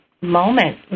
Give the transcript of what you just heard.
Moment